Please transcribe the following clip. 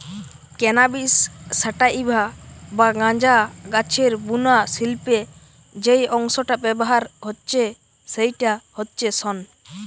cannabis sativa বা গাঁজা গাছের বুনা শিল্পে যেই অংশটা ব্যাভার হচ্ছে সেইটা হচ্ছে শন